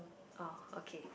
oh okay